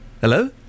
Hello